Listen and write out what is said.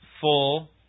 full